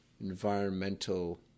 environmental